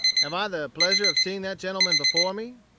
have i the pleasure of seeing that gentleman before me?